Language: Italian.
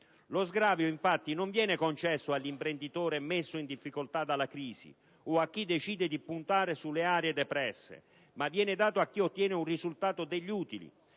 Lo sgravio, infatti, non viene concesso all'imprenditore messo in difficoltà dalla crisi o a chi decide di puntare sulle aree depresse, ma viene dato a chi ottiene un risultato degli utili.